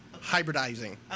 Hybridizing